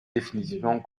définitivement